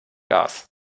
gas